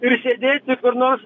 ir sėdėti kur nors